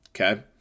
Okay